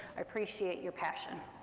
i appreciate your passion,